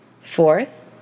Fourth